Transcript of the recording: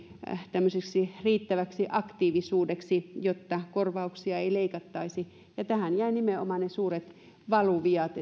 tämmöiseksi riittäväksi aktiivisuudeksi jotta korvauksia ei leikattaisi tähän jäi nimenomaan ne suuret valuviat